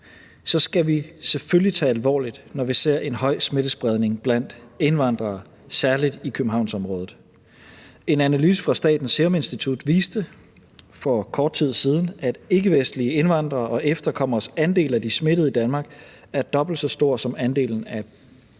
skal vi selvfølgelig tage det alvorligt, når vi ser en høj smittespredning blandt indvandrere, særlig i Københavnsområdet. En analyse fra Statens Serum Institut viste for kort tid siden, at ikkevestlige indvandrere og efterkommeres andel af de smittede i Danmark er dobbelt så stor som deres andel